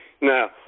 Now